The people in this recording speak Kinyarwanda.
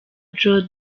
joe